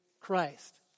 Christ